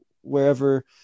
wherever